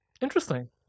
Interesting